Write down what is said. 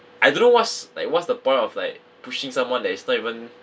I don't know what's like what's the point of like pushing someone that's not even